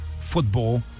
football